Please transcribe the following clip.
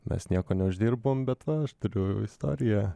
mes nieko neuždirbom bet nu aš turiu istoriją